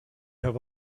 have